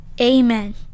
Amen